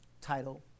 title